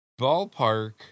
ballpark